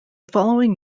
following